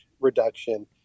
reduction